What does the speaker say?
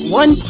one